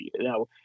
Now